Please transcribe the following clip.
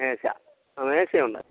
മേശ ആ മേശയുണ്ട്